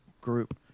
group